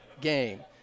game